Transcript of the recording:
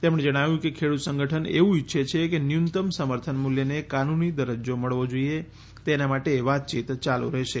તેમણે જણાવ્યું કે ખેડૂત સંગઠન એવું ઈચ્છે છે કે ન્યુનત્તમ સમર્થન મૂલ્યને કાનૂની દરજ્જો મળવો જોઈએ તેના માટે વાતચીત ચાલુ રહેશે